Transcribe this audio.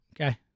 Okay